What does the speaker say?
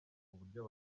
uburyo